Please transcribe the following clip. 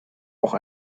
auch